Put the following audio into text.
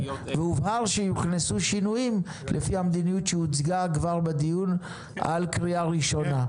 הובהר שיוכנסו שינויים לפי המדיניות שהוצגה כבר בדיון על קריאה ראשונה.